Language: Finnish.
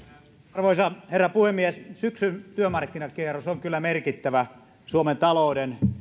arvoisa herra puhemies syksyn työmarkkinakierros on kyllä merkittävä suomen talouden